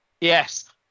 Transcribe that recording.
Yes